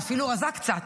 ואפילו רזה קצת.